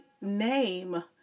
name